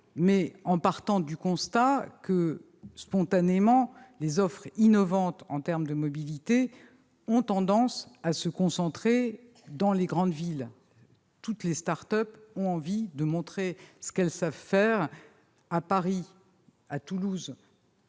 mais en partant du constat que, spontanément, les offres innovantes en termes de mobilité ont tendance à se concentrer dans les grandes villes : toutes les start-up ont envie de montrer ce qu'elles savent faire à Paris, à Toulouse